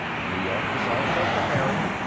new york is also preparing.